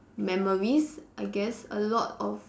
memories I guess a lot of